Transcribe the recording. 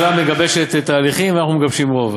מגבשת תהליכים ואנחנו מגבשים רוב.